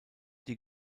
die